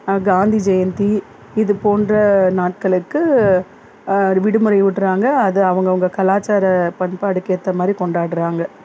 காந்தி ஜெயந்தி இது போன்ற நாட்களுக்கு விடுமுறை விடுறாங்க அது அவங்கவுங்க கலாச்சார பண்பாடுக்கு ஏற்ற மாதிரி கொண்டாடுறாங்க